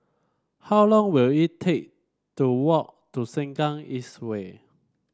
how long will it take to walk to Sengkang East Way